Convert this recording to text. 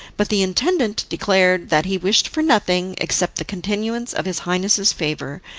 but the intendant declared that he wished for nothing except the continuance of his highness's favour,